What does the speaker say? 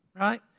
Right